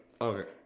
okay